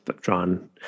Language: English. drawn